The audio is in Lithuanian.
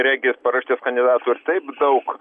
regis paraštės kandidatų ir taip daug